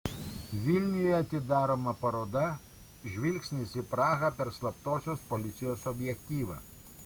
vilniuje atidaroma paroda žvilgsnis į prahą per slaptosios policijos objektyvą